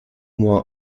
war